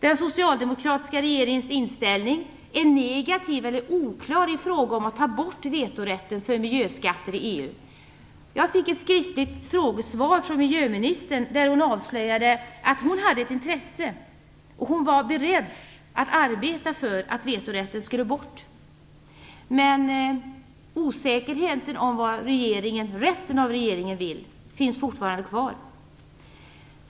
Den socialdemokratiska regeringens inställning är negativ eller oklar i frågan om att ta bort vetorätten för miljöskatter i EU. Jag har fått ett skriftligt frågesvar från miljöministern där hon avslöjade att hon hade ett intresse för detta och att hon var beredd att arbeta för att vetorätten skulle avskaffas. Men osäkerheten om vad resten av regeringen vill finns fortfarande kvar.